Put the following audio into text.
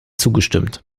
zugestimmt